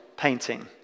Painting